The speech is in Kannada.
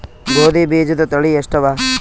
ಗೋಧಿ ಬೀಜುದ ತಳಿ ಎಷ್ಟವ?